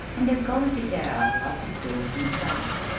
and they're going to tear out lots of doors inside,